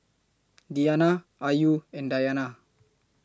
Diyana Ayu and Dayana